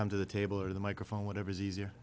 come to the table or the microphone whatever is easier